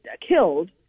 killed